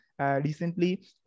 recently